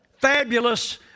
Fabulous